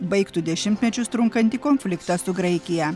baigtų dešimtmečius trunkantį konfliktą su graikija